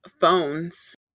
phones